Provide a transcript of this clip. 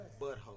butthole